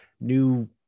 new